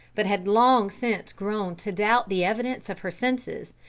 but had long since grown to doubt the evidence of her senses,